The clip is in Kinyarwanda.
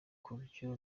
kubyo